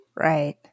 Right